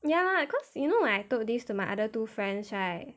ya lah cause you know when I told this to my other two friends right